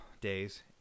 days